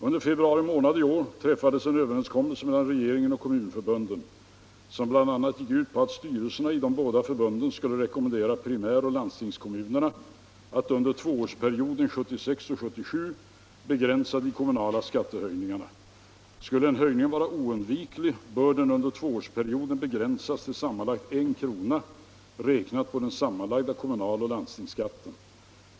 Under februari månad i år träffades en överenskommelse mellan regeringen och kommunförbunden som bl.a. gick ut på att styrelserna i de båda förbunden skulle rekommendera primäroch landstingskommunerna att under tvåårsperioden 1976-1977 begränsa de kommunala skattehöjningarna. Skulle en höjning vara oundviklig bör den under tvåårsperioden begränsas till sammanlagt 1 kr. räknat på den sammanlagda kommunaloch landstingsskatten.